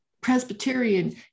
Presbyterian